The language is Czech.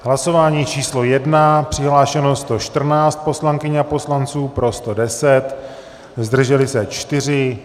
Hlasování číslo 1. Přihlášeno 114 poslankyň a poslanců, pro 110, zdrželi se 4.